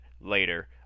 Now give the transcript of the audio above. later